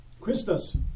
Christus